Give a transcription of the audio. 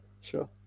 sure